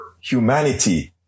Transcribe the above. humanity